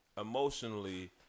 emotionally